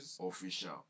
official